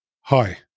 Hi